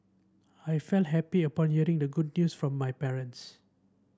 I felt happy upon hearing the good news from my parents